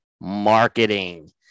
marketing